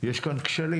יש כאן כשלים.